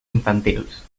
infantils